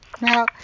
Now